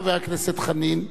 חבר הכנסת חנין,